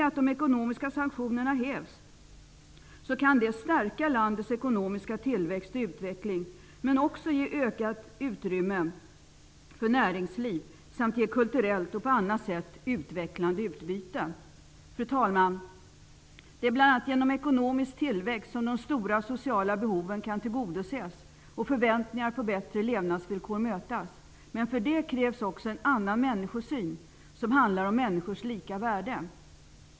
Att de ekonomiska sanktionerna hävs kan stärka landets ekonomiska tillväxt och utveckling men också ge ökat utrymme för näringsliv samt innebära kulturellt och på annat sätt utvecklande utbyte. Fru talman! Det är bl.a. genom ekonomisk tillväxt som de stora sociala behoven kan tillgodoses och förväntningar på bättre levnadsvillkor mötas. Men för det krävs också en annan människosyn, som handlar om människors lika värde.